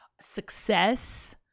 success